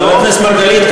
חבר הכנסת מרגלית,